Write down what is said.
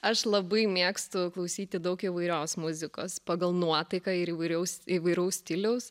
aš labai mėgstu klausyti daug įvairios muzikos pagal nuotaiką ir įvairiaus įvairaus stiliaus